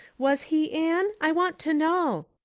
was he, anne, i want to know.